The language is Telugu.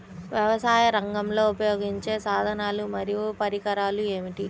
వ్యవసాయరంగంలో ఉపయోగించే సాధనాలు మరియు పరికరాలు ఏమిటీ?